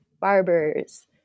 barbers